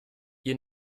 ihr